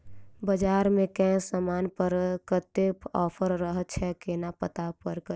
बजार मे केँ समान पर कत्ते ऑफर रहय छै केना पत्ता कड़ी?